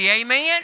amen